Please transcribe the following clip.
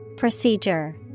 Procedure